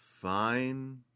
fine